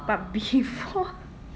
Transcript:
but before